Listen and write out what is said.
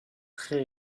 très